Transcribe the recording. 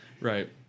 Right